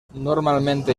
normalmente